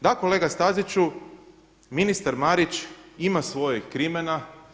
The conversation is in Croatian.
Da kolega Staziću, ministar Marić ima svojih krimena.